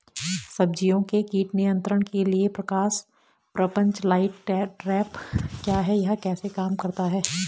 सब्जियों के कीट नियंत्रण के लिए प्रकाश प्रपंच लाइट ट्रैप क्या है यह कैसे काम करता है?